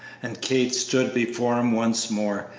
and kate stood before him once more.